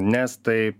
nes tai